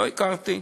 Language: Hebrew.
לא הכרתי.